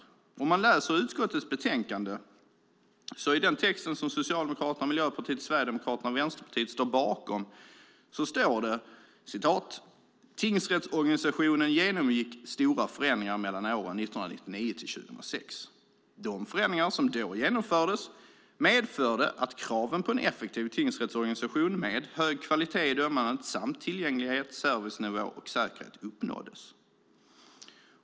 Man kan läsa den text i utskottets betänkande som Socialdemokraterna, Miljöpartiet, Sverigedemokraterna och Vänsterpartiet står bakom. Där står det: "Tingsrättsorganisationen genomgick stora förändringar mellan åren 1999 och 2006. De förändringar som då genomfördes medförde att kraven på en effektiv tingsrättsorganisation med hög kvalitet i dömandet samt tillgänglighet, servicenivå och säkerhet uppnåddes."